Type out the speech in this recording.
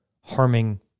harming